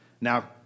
Now